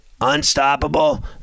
Unstoppable